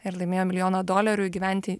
ir laimėjo milijoną dolerių įgyventi